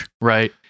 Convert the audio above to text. right